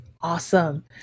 Awesome